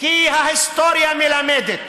כי ההיסטוריה מלמדת,